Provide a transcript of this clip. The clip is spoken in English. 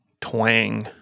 twang